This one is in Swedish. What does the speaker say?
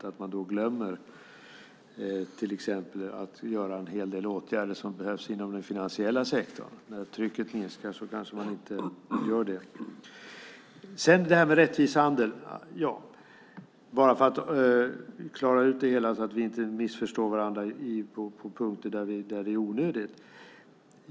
Då finns risk att man glömmer att till exempel vidta en hel del åtgärder som behövs inom den finansiella sektorn. När trycket minskar kanske man inte vidtar dem. Låt oss klara ut det här med rättvis handel så att vi inte missförstår varandra på punkter där det är onödigt.